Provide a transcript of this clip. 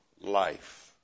life